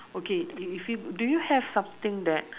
okay if if you do you have something that